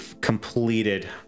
completed